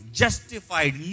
justified